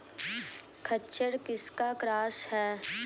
खच्चर किसका क्रास है?